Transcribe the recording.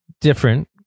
different